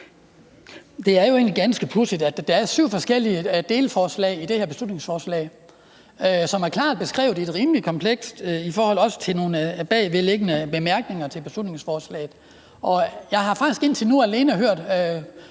egentlig ganske pudsigt: Der er syv forskellige delforslag i det her beslutningsforslag, som er klart og rimelig komplekst beskrevet, og det gælder også de bagvedliggende bemærkninger til beslutningsforslaget, men jeg har faktisk indtil nu alene hørt